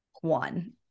one